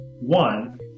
one